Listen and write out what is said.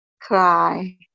cry